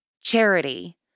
charity